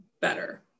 better